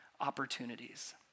opportunities